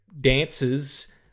dances